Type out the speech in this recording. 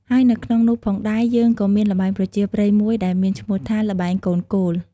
ហើយនៅក្នុងនោះផងដែរ យើងក៏មានល្បែងប្រជាប្រិយមួយដែលមានឈ្មោះថា ល្បែងកូនគោល។